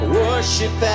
worship